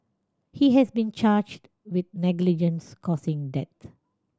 he has been charged with negligence causing death